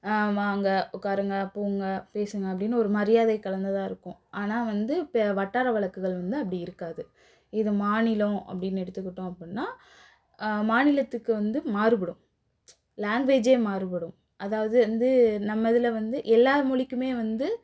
வாங்க உட்காருங்க போங்க பேசுங்க அப்படின்னு ஒரு மரியாதை கலந்ததாக இருக்கும் ஆனால் வந்து இப்போ வட்டார வழக்குகள் வந்து அப்படி இருக்காது இதை மாநிலம் அப்படின்னு எடுத்துக்கிட்டோம் அப்படின்னா மாநிலத்துக்கு வந்து மாறுபடும் லாங்குவேஜே மாறுபடும் அதாவது வந்து நம்ம இதில் வந்து எல்லா மொழிக்குமே வந்து